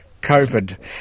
COVID